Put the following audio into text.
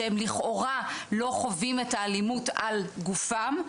שהם לכאורה לא חווים את האלימות על גופם,